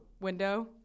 window